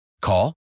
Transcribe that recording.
Call